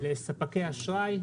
לספקי אשראי,